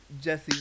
Jesse